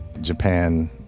Japan